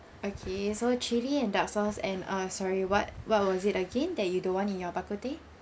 okay so chilli and dark sauce and uh sorry what what was it again that you don't want in your bak kut teh